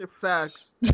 facts